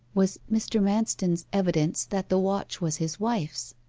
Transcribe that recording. was mr. manston's evidence that the watch was his wife's